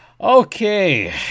Okay